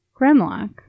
Gremlock